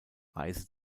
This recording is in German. reise